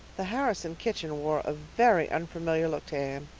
the harrison kitchen wore a very unfamiliar look to anne.